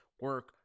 Work